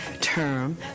term